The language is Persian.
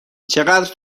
چقدر